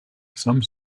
some